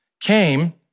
came